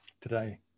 today